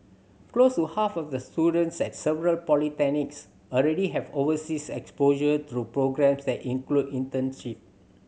close to half of the students at several polytechnics already have overseas exposure through programmes that include internship